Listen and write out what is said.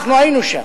אנחנו היינו שם,